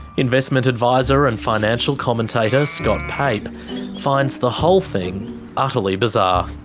investment advisor and financial commentator scott pape finds the whole thing utterly bizarre.